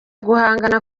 guhangana